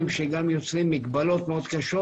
אז קודם כל, באנו לברך אותך, כבוד